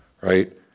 Right